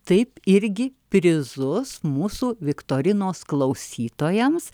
taip irgi prizus mūsų viktorinos klausytojams